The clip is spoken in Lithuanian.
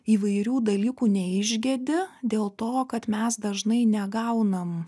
įvairių dalykų neišgedi dėl to kad mes dažnai negaunam